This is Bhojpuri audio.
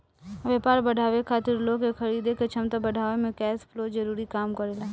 व्यापार बढ़ावे खातिर लोग के खरीदे के क्षमता बढ़ावे में कैश फ्लो जरूरी काम करेला